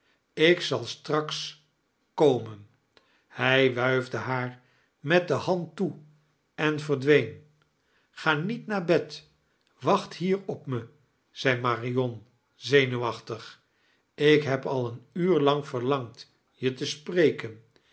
ik zal straks komen hij wuifde haar met de hand toe en veardween ga niet naar bed wacht hier op me zei marion zenuwachtig ik heb al een uur lang verlangd je te spreken